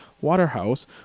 Waterhouse